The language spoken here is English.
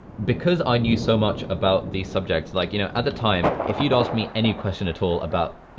because i knew so much about these subjects like, you know, at the time, if you'd ask me any question at all about, you